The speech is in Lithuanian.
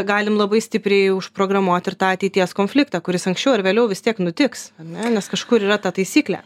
galim labai stipriai užprogramuot ir tą ateities konfliktą kuris anksčiau ar vėliau vis tiek nutiks ar ne nes kažkur yra ta taisyklė